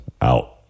out